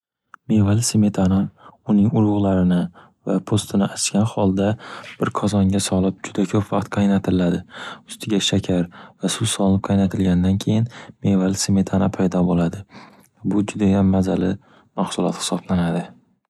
Mevali smetana, uning urug'larini va po'stini archgan holda, bir qozonga solib, juda ko'p vaqt qaynatiladi. Ustiga shakar va suv solib qaynatilgandan keyin, mevali smetana paydo bo'ladi. Bu judayam mazali mahsulot hisoblanadi.